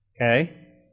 Okay